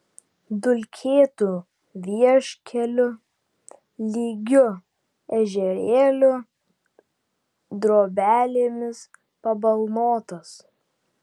dulkėtu vieškeliu lygiu ežerėliu drobelėmis pabalnotas